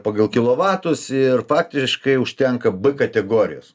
pagal kilovatus ir faktiškai užtenka b kategorijos